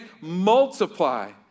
multiply